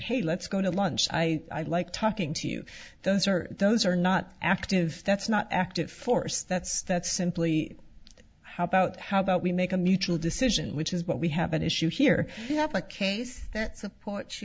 hey let's go to lunch i like talking to you those are those are not active that's not active force that's that's simply how about how about we make a mutual decision which is what we have an issue here you have a case that